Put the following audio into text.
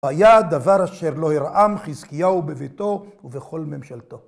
והיה דבר אשר לא הראם חזקיהו בביתו ובכל ממשלתו.